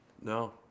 No